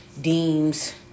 deems